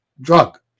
drug